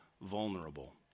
vulnerable